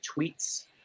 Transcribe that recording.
tweets